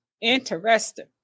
Interesting